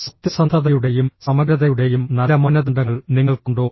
സത്യസന്ധതയുടെയും സമഗ്രതയുടെയും നല്ല മാനദണ്ഡങ്ങൾ നിങ്ങൾക്കുണ്ടോ